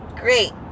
great